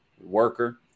worker